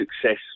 success